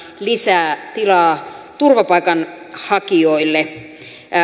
lisää tilaa turvapaikanhakijoille